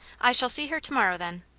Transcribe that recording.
i shall see her to-morrow, then.